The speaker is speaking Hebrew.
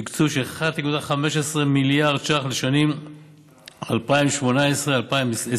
יש תקצוב של 1.15 מיליארד שקל לשנים 2018 2020,